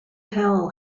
hell